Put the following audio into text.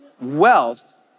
wealth